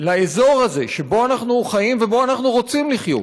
לאזור הזה שבו אנחנו חיים ובו אנחנו רוצים לחיות,